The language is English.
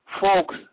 Folks